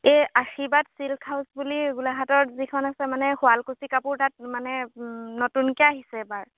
এই আৰ্শীৰ্বাদ silk house বুলি গোলাাহাটত যিখন আছে মানে শুৱালকুছি কাপোৰ তাত মানে নতুনকে আহিছে এইবাৰ